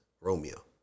Romeo